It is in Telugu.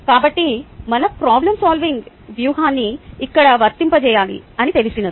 కాబట్టి మన ప్రోబ్లెమ్ సాల్వింగ్ వ్యూహాన్ని ఇక్కడ వర్తింపజేయాలి అని తెలిసినది